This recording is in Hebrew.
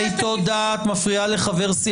כי אנחנו צריכים לראות איך מזיזים את ביבי?